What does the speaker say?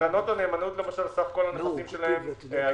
בקרנות הנאמנות למשל סך כל הנכסים שלהן היה